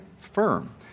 firm